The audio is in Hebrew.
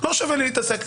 לא שווה לי להתעסק.